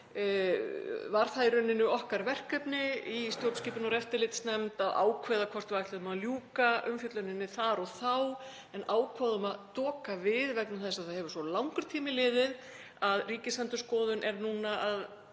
var það í rauninni okkar verkefni í stjórnskipunar- og eftirlitsnefnd að ákveða hvort við ætluðum að ljúka umfjölluninni þar og þá en ákváðum að doka við vegna þess að það hefur svo langur tími liðið að Ríkisendurskoðun er núna að